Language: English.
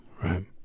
Right